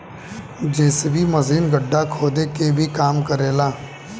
JCB machine गड्ढा खोदे के भी काम करे ला